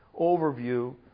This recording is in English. overview